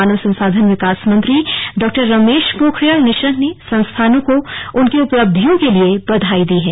मानव संसाधन विकास मंत्री डॉ रमेश पोखरियाल निशंक ने संस्थानों को उनकी उपलब्धियों के लिए बधाई दी है